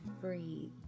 breathe